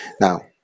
Now